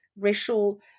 racial